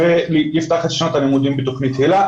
ולפתוח את שנת הלימודים עם תוכנית היל"ה.